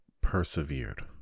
persevered